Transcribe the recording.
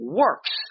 works